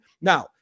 Now